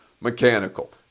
Mechanical